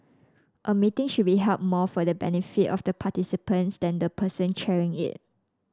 a meeting should be held more for the benefit of the participants than the person chairing it